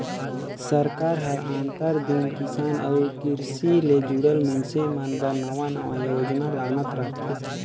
सरकार हर आंतर दिन किसान अउ किरसी ले जुड़ल मइनसे मन बर नावा नावा योजना लानत रहथे